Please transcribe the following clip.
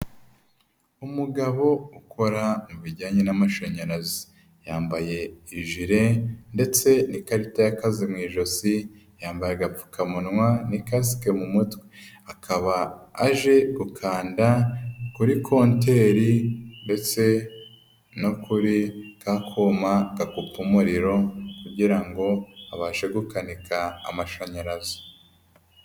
Umugabo ukora mu bijyanye n'amashanyarazi, yambaye ijile ndetse n'ikarita y'akazi mu ijosi, yambaye agapfukamunwa n'ikasike mu mutwe, akaba aje gukanda kuri konteri ndetse no kuri kakoma kapupo umuriro kugira ngo abashe gukanika amashanyarazi.